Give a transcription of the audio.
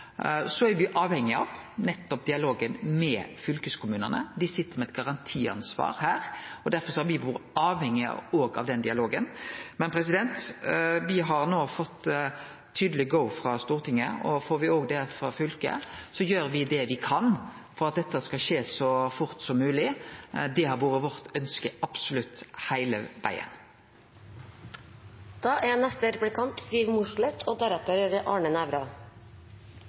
er avhengige nettopp av dialogen med fylkeskommunane, dei sit med eit garantiansvar her, derfor har me òg vore avhengige av den dialogen. Me har nå fått tydeleg «go» frå Stortinget, og får me òg det frå fylket, gjer me det me kan for at dette skal skje så fort som mogleg. Det har vore vårt ønske absolutt heile vegen. Jeg vil tilbake til den dramatiske situasjonen da Sjøfartsdirektoratet måtte stoppe båtene og ferjene til Boreal. Det